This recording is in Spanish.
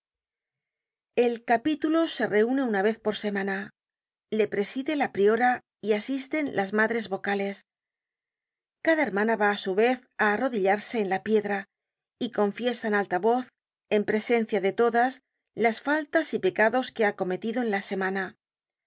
el capítulo se reune una vez por semana le preside la priora y asisten las madres vocales cada hermana va á su vez á arrodillarse en la piedra y confiesa en alta voz en presencia de todas las faltas y pecados que ha cometido en la semana